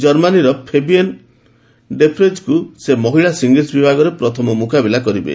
ଜର୍ମାନୀର ଫେବିୟେନେ ଡେପ୍ରେକ୍ଙ୍କୁ ସେ ମହିଳା ସିଙ୍ଗଲ୍ୱ ବିଭାଗରେ ପ୍ରଥମେ ମୁକାବିଲା କରିବେ